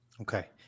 Okay